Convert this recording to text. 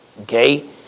Okay